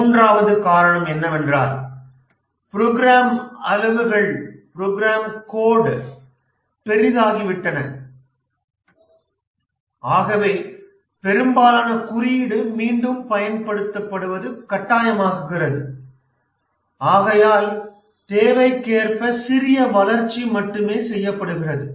மூன்றாவது காரணம் என்னவென்றால் ப்ரோக்ராம் அளவுகள் பெரிதாகிவிட்டன ஆகவே பெரும்பாலான குறியீடு மீண்டும் பயன்படுத்தப்படுவது கட்டாயமாகிறது ஆகையால் தேவைக்கேற்ப சிறிய வளர்ச்சி மட்டுமே செய்யப்படுகிறது